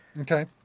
okay